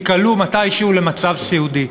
תיקלעו מתישהו למצב סיעודי.